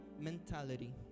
mentality